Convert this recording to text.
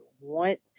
want